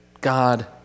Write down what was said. God